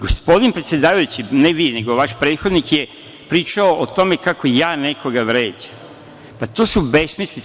Gospodin predsedavajući, ne vi, nego vaš prethodnik je pričao o tome kako ja nekoga vređam, pa to su besmislice.